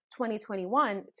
2021